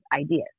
ideas